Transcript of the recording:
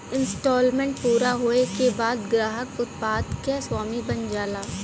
instalment पूरा होये के बाद ग्राहक उत्पाद क स्वामी बन जाला